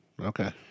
Okay